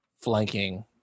flanking